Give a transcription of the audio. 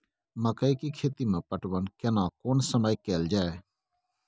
मकई के खेती मे पटवन केना कोन समय कैल जाय?